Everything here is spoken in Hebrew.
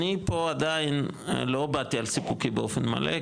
אני פה עדיין לא באתי על סיפוקי באופן מלא,